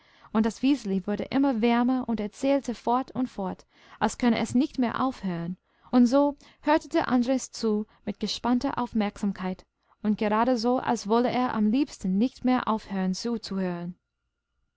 und das wiseli wurde immer wärmer und erzählte fort und fort als könne es nicht mehr aufhören und so hörte der andres zu mit gespannter aufmerksamkeit und gerade so als wolle er am liebsten nicht mehr aufhören zuzuhören